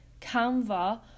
Canva